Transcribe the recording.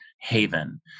haven